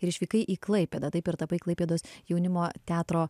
ir išvykai į klaipėdą taip ir tapai klaipėdos jaunimo teatro